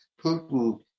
Putin